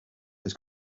his